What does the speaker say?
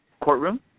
courtroom